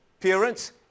parents